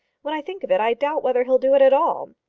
when i think of it i doubt whether he'll do it at all.